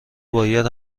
باید